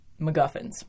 MacGuffins